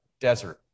desert